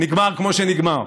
נגמר כמו שנגמר.